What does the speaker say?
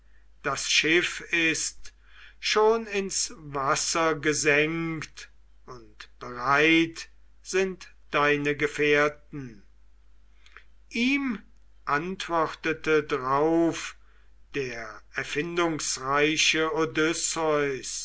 das schiff ist schon ins wasser gesenkt und bereit sind deine gefährten ihm antwortete drauf der erfindungsreiche